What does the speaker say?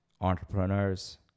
entrepreneurs